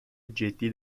جدی